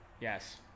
yes